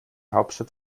hauptstadt